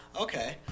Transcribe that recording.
Okay